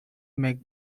make